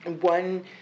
One